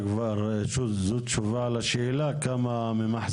כמה זה 20% מתוך